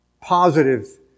Positive